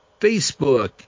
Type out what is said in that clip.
Facebook